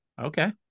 okay